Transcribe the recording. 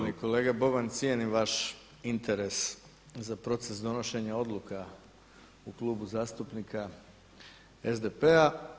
Uvaženi kolega Boban cijenim vaš interes za proces donošenja odluka u Klubu zastupnika SDP-a.